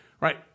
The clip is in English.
Right